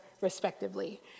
respectively